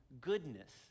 goodness